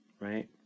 right